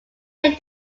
take